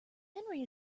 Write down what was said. henry